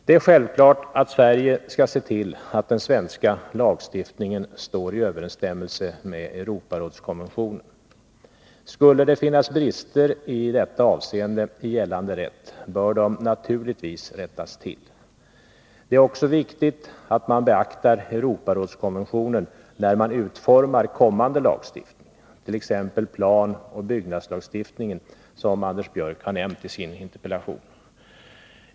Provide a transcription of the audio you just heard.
Det är självklart att Sverige skall se till att den svenska lagstiftningen står i överensstämmelse med Europarådskonventionen. Skulle det finnas brister i detta avseende i gällande rätt bör de naturligtvis rättas till. Det är också viktigt att man beaktar Europarådskonventionen när man utformar kommande lagstiftning — t.ex. planoch byggnadslagstiftningen som Anders Björck har nämnt i sin interpellation.